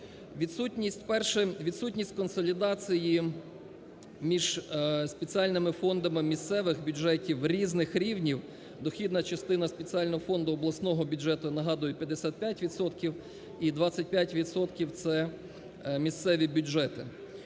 Відсутність консолідації між спеціальними фондами місцевих бюджетів різних рівнів дохідна частина спеціального фонду обласного бюджету, нагадую, 55 відсотків і 25 відсотків – це місцеві бюджети.